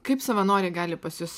kaip savanoriai gali pas jus